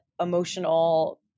emotional